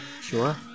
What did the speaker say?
Sure